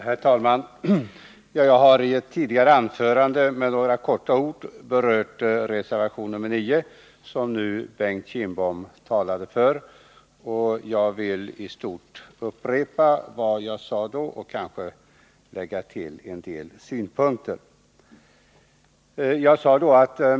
Herr talman! Jag har i ett tidigare anförande kortfattat berört reservation 9, som Bengt Kindbom nu talade för, och jag vill i stort upprepa vad jag då sade och kanske lägga till en del synpunkter.